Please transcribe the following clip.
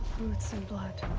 boots and blood.